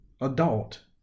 adult